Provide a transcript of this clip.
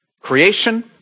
Creation